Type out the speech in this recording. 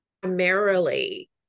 primarily